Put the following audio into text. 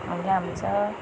म्हणजे आमचं